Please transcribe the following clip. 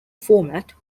format